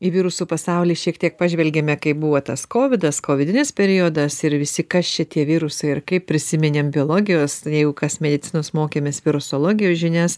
į virusų pasaulį šiek tiek pažvelgėme kaip buvo tas kovidas kovidinis periodas ir visi šitie virusai ir kaip prisiminėm biologijos na jeigu kas medicinos mokėmės virusologijos žinias